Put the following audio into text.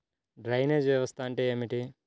Drainage వ్యవస్థ అంటే ఏమిటి?